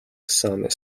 some